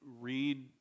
Read